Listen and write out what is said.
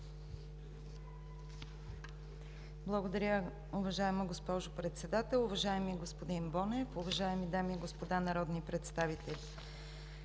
Благодаря. Уважаема госпожо Председател, уважаеми господин Бонев, уважаеми дами и господа народни представители!